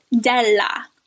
della